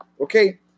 Okay